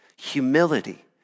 humility